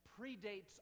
predates